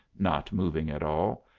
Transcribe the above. not moving at all,